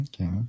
okay